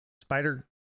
spider